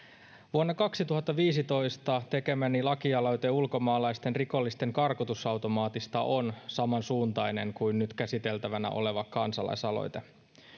vuonna kaksituhattaviisitoista tekemäni lakialoite ulkomaalaisten rikollisten karkotusautomaatista on samansuuntainen kuin nyt käsiteltävänä oleva kansalaisaloite